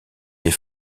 des